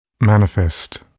manifest